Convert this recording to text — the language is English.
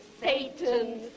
Satan